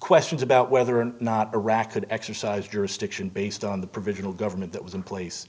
questions about whether or not iraq could exercise jurisdiction based on the provisional government that was in place